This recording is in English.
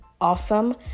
awesome